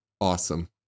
Awesome